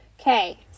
Okay